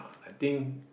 I think